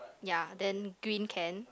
ya then green can